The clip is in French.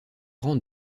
rangs